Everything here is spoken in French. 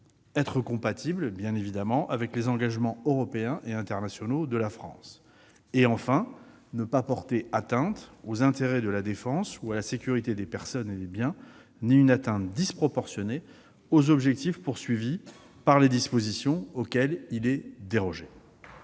être compatible avec les engagements européens et internationaux de la France. Enfin, elle ne doit pas porter atteinte aux intérêts de la défense ou à la sécurité des personnes et des biens, pas plus qu'une atteinte disproportionnée aux objectifs fixés par les dispositions auxquelles il est dérogé.